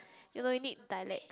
ya lor you need dialects